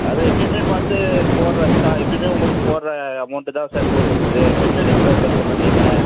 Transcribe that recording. அதான் எப்பயுமே பார்த்து போடுறது தான் எப்பயுமே உங்களுக்கு போடுற அமௌண்ட்டு தான் சார் போட்டுயிருக்குது எப்பயுமே ரெகுலர் கஸ்டமர் நீங்கள்